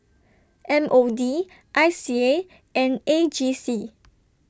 M O D I C A and A G C